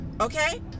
okay